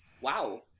wow